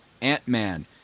Ant-Man